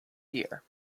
year